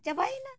ᱪᱟᱵᱟᱭᱮᱱᱟ